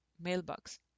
mailbox